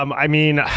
um i mean,